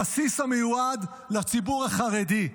הבסיס המיועד לציבור החרדי.